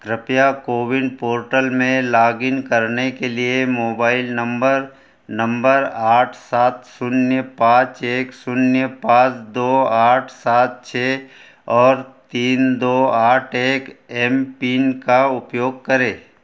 कृपया CoWIN portal में login करने के लिए मोबाइल नंबर नंबर आठ सात शून्य पाँच एक शून्य पाँच दो आठ सात छः और तीन दो आठ एक एम पीन का उपयोग करें